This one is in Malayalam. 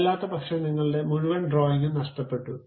അല്ലാത്ത പക്ഷം നിങ്ങളുടെ മുഴുവൻ ഡ്രോയിംഗും നഷ്ടപ്പെട്ടു